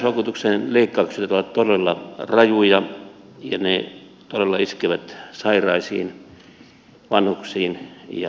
sairausvakuutuksen leikkaukset ovat todella rajuja ja ne todella iskevät sairaisiin vanhuksiin ja vammaisiin